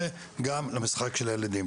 וגם למשחק של הילדים,